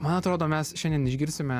man atrodo mes šiandien išgirsime